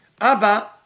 Abba